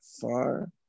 far